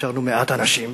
נשארנו מעט אנשים,